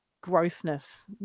grossness